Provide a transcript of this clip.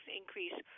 increase